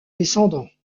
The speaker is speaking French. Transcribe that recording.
descendants